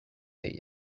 date